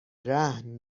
رهن